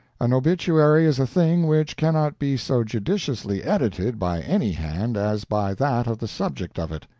an obituary is a thing which cannot be so judiciously edited by any hand as by that of the subject of it.